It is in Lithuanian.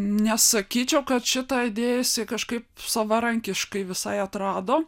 nesakyčiau kad šitą idėją jisai kažkaip savarankiškai visai atrado